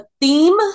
theme